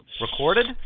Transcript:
Recorded